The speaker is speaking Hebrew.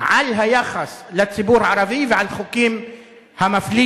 על היחס לציבור הערבי ועל החוקים המפלים